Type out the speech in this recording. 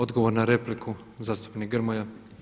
Odgovor na repliku zastupnik Grmoja.